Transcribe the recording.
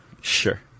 Sure